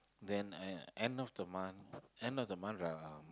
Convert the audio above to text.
then uh end of the month end of the month uh